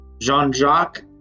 Jean-Jacques